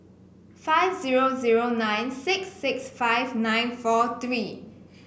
five zero zero nine six six five nine four three